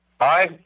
Hi